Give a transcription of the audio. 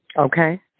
Okay